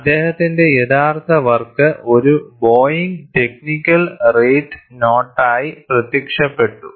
അദ്ദേഹത്തിന്റെ യഥാർത്ഥ വർക്ക് ഒരു ബോയിംഗ് ടെക്നിക്കൽ റേറ്റ് നോട്ടായി പ്രത്യക്ഷപ്പെട്ടു